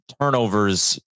turnovers